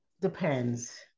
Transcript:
depends